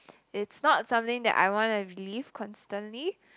it's not something that I wanna relieve constantly